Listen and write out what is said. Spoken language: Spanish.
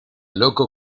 loco